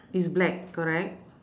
is black correct